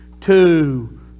Two